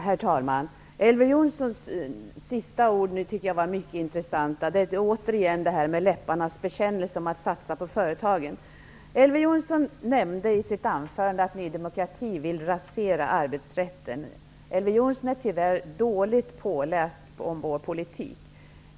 Herr talman! Elver Jonssons avslutande ord var mycket intressanta. Det är återigen fråga om läpparnas bekännelse när det gäller att satsa på företagen. Elver Jonsson sade i sitt anförande att Ny demokrati vill rasera arbetsrätten. Tyvärr är Elver Jonsson dåligt påläst i fråga om vår politik.